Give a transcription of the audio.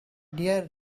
dear